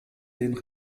den